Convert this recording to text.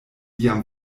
jam